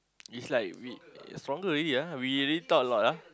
is like we stronger already ah we already talk a lot ah